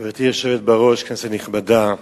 גברתי היושבת בראש, כנסת נכבדה,